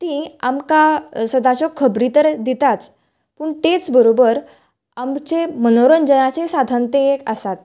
ती आमकां सदाच्यो खबरी तर दिताच पूण तेच बरोबर आमचे मनोरंजनाचेय साधन तें एक आसात